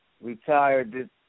retired